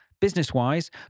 business-wise